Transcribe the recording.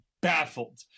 baffled